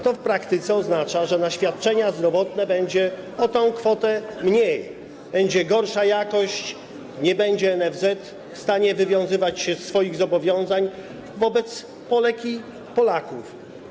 To w praktyce oznacza, że na świadczenia zdrowotne będzie o tę kwotę mniej, będzie gorsza jakość, NFZ nie będzie w stanie wywiązywać się ze swoich zobowiązań wobec Polek i Polaków.